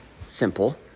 simple